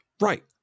Right